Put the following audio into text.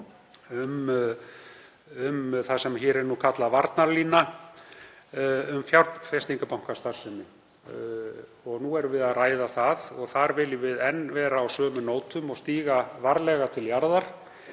um það sem hér er kallað varnarlína um fjárfestingarbankastarfsemi. Nú erum við að ræða það og þar viljum við enn vera á sömu slóðum og stíga varlega til jarðar